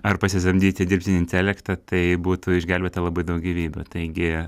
ar pasisamdyti dirbtinį intelektą tai būtų išgelbėta labai daug gyvybių taigi